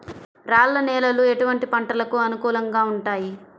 రాళ్ల నేలలు ఎటువంటి పంటలకు అనుకూలంగా ఉంటాయి?